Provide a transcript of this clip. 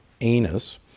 anus